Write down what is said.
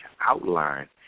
outline